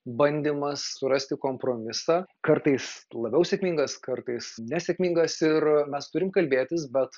bandymas surasti kompromisą kartais labiau sėkmingas kartais nesėkmingas ir mes turim kalbėtis bet